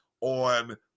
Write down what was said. on